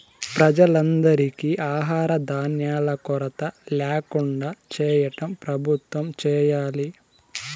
ప్రజలందరికీ ఆహార ధాన్యాల కొరత ల్యాకుండా చేయటం ప్రభుత్వం చేయాలి